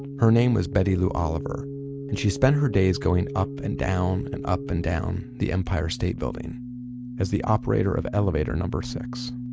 her name was betty lou oliver and she spent her days going up and down and up and down the empire state building as the operator of elevator number six.